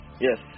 Yes